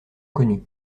connus